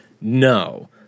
no